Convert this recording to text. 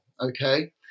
okay